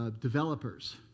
Developers